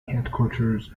headquarters